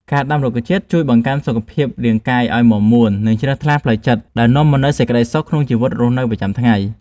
ការដាំរុក្ខជាតិជួយបង្កើនសុខភាពរាងកាយឱ្យមាំមួន និង ជ្រះថ្លាផ្លូវចិត្តដែលនាំមកនូវសេចក្តីសុខក្នុងជីវិតរស់នៅប្រចាំថ្ងៃ។